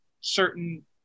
certain